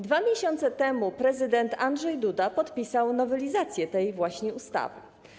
2 miesiące temu prezydent Andrzej Duda podpisał nowelizację tej właśnie ustawy.